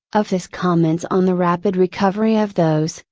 of his comments on the rapid recovery of those,